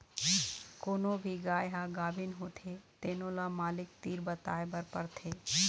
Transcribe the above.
कोनो भी गाय ह गाभिन होथे तेनो ल मालिक तीर बताए बर परथे